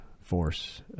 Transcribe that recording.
force